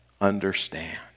understand